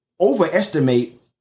overestimate